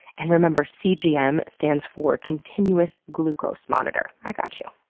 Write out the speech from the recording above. and remember cgm stands for continuous glucose monitor i gotchu.